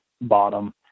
bottom